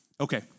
Okay